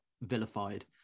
vilified